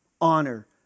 Honor